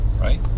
Right